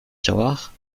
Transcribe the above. tiroir